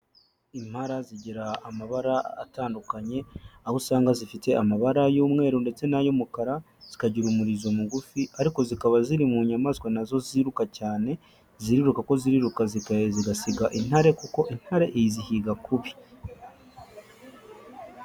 Impara zigira amabara atandukanye aho usanga zifite amabara y'umweru ndetse n'ay'umukara, zikagira umurizo mugufi ariko zikaba ziri mu nyamaswa na zo ziruka cyane, ziriruka ko ziriruka zigasiga intare kuko intare izihiga kubi.